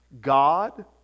God